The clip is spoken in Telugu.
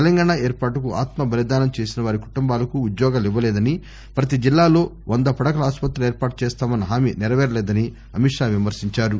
తెలంగాణ ఏర్పాటుకు ఆత్మ బలిదానం చేసినవారి కుటుంబాలకు ఉద్యోగాలు ఇవ్వలేదని ప్రతి జిల్లా లో వంద పడకల ఆసుపత్రులు ఏర్పాటు చేస్తామన్న హామీ నెరవేరలేదని అమిత్ షా విమర్పించారు